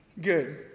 Good